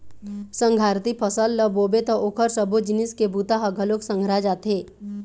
संघराती फसल ल बोबे त ओखर सबो जिनिस के बूता ह घलोक संघरा जाथे